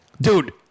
Dude